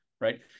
right